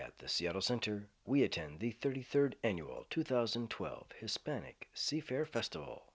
at the seattle center we attend the thirty third annual two thousand and twelve hispanic seafair festival